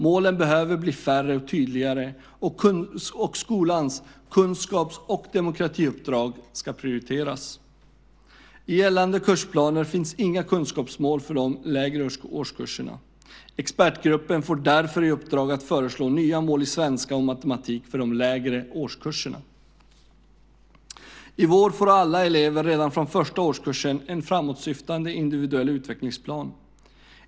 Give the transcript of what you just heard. Målen behöver bli färre och tydligare och skolans kunskaps och demokratiuppdrag ska prioriteras. I gällande kursplaner finns inga kunskapsmål för de lägre årskurserna. Expertgruppen får därför i uppdrag att föreslå nya mål i svenska och matematik för de lägre årskurserna. I vår får alla elever redan från första årskursen en framtåsyftande individuell utvecklingsplan.